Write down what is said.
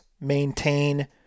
maintain